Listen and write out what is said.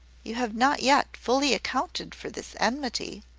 you have not yet fully accounted for this enmity.